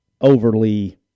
overly